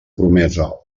promesa